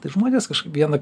tai žmonės kažkaip vieną